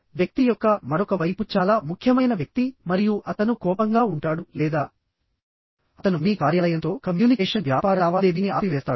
వ్యక్తి యొక్క మరొక వైపు చాలా ముఖ్యమైన వ్యక్తి మరియు అతను కోపంగా ఉంటాడు లేదా అతను మీ కార్యాలయంతో కమ్యూనికేషన్ వ్యాపార లావాదేవీని ఆపివేస్తాడు